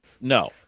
No